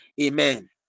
Amen